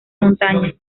montaña